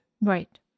right